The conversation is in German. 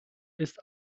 ist